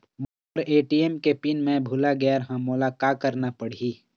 मोर ATM के pin मैं भुला गैर ह, मोला का करना पढ़ही?